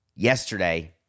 Yesterday